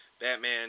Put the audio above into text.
Batman